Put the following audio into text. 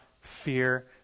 fear